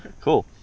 Cool